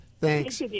Thanks